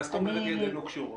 מה זה אומרת ידינו קשורות?